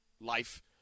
life